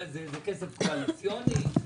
זה כסף קואליציוני?